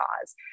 cause